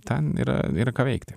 ten yra yra ką veikti